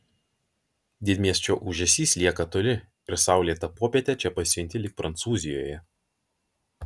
didmiesčio ūžesys lieka toli ir saulėtą popietę čia pasijunti lyg prancūzijoje